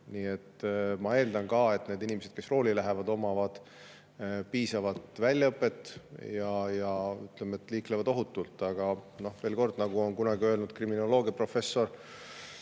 Ma eeldan ka, et need inimesed, kes rooli lähevad, omavad piisavat väljaõpet ja liiklevad ohutult. Aga veel kord, nagu on kunagi öelnud kriminoloogiaprofessor